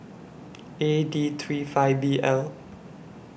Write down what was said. A D three five B L